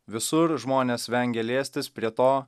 visur žmonės vengia liestis prie to